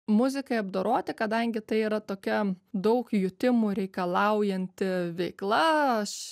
muzikai apdoroti kadangi tai yra tokia daug jutimų reikalaujanti veikla aš